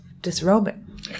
disrobing